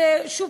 שוב,